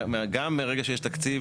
גם מרגע שיש תקציב,